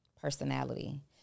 personality